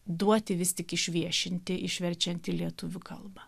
duoti vis tik išviešinti išverčiant į lietuvių kalbą